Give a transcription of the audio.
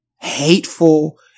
hateful